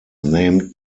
named